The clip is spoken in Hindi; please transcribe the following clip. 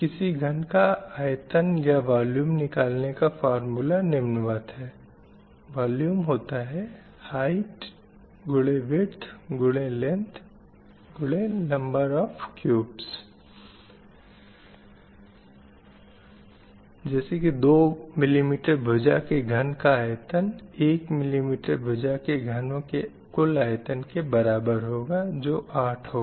किसी घन का आयतन या volume निकलने का फ़ॉर्म्युला निम्नवत है Volume height x width x length x number of cubes 2mm भुजा के घन का आयतन 1mm भुजा के कई घनों के कुल आयतन के बराबर होगा जो 8 होगा